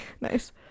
nice